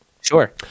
Sure